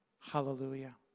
Hallelujah